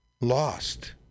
lost